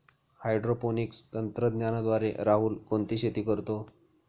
Hydroponics तंत्रज्ञानाद्वारे राहुल कोणती शेती करतो?